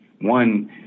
one